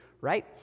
right